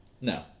No